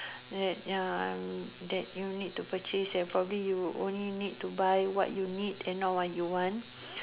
that ya um that you need to purchase and probably you only need to buy what you need and not what you want